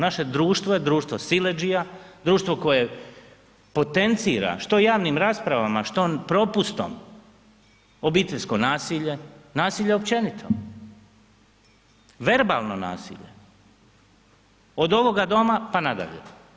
Naše društvo je društvo siledžija, društvo koje potencira što javnim raspravama, što propustom obiteljsko nasilje, nasilje općenito, verbalno nasilje, od ovoga doma pa nadalje.